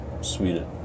Sweden